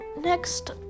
Next